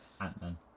Ant-Man